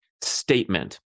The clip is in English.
statement